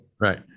Right